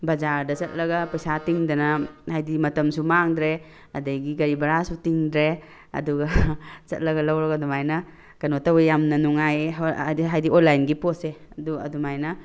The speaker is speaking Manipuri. ꯕꯖꯥꯔꯗ ꯆꯠꯂꯒ ꯄꯩꯁꯥ ꯇꯤꯡꯗꯅ ꯍꯥꯏꯗꯤ ꯃꯇꯝꯁꯨ ꯃꯥꯡꯗ꯭ꯔꯦ ꯑꯗꯒꯤ ꯒꯥꯔꯤ ꯚꯔꯥꯁꯨ ꯇꯤꯡꯗ꯭ꯔꯦ ꯑꯗꯨꯒ ꯆꯠꯂꯒ ꯂꯧꯔꯒ ꯑꯗꯨꯃꯥꯏꯅ ꯀꯩꯅꯣ ꯇꯧꯋꯦ ꯌꯥꯝꯅ ꯅꯨꯡꯉꯥꯏꯌꯦ ꯍꯥꯏꯕꯗꯤ ꯑꯣꯟꯂꯥꯏꯟꯒꯤ ꯄꯣꯠꯁꯦ ꯑꯗꯣ ꯑꯗꯨꯃꯥꯏꯅ